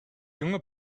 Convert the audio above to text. junge